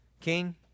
King